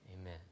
Amen